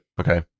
Okay